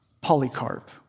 Polycarp